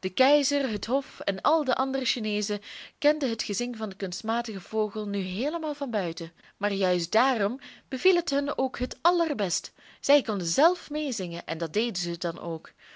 de keizer het hof en al de andere chineezen kenden het gezang van den kunstmatigen vogel nu heelemaal van buiten maar juist daarom beviel het hun ook het allerbest zij konden zelf meezingen en dat deden zij dan ook